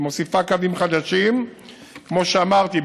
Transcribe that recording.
כמו שאמרתי,